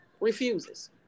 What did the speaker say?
Refuses